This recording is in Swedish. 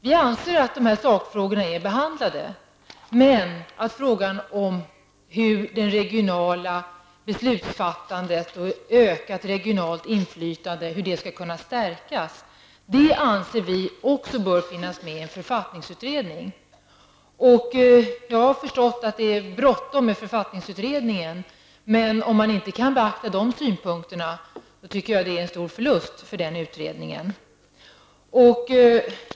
Vi anser att sakfrågorna är behandlade, men även frågan om hur det regionala beslutsfattandet och det ökade regionala inflytandet skall kunna stärkas anser vi bör finnas med i en författningsutredning. Jag har förstått att det är bråttom med författningsutredningen, men om man inte kan beakta dessa synpunkter är det, enligt min mening, en stor förlust för utredningen.